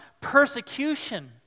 persecution